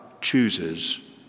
chooses